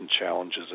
challenges